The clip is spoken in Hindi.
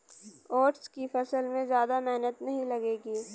ओट्स की फसल में ज्यादा मेहनत नहीं लगेगी